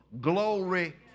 glory